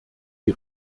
die